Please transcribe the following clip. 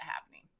happening